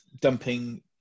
Dumping